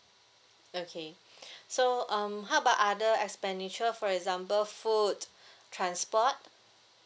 okay so um how about other expenditure for example food transport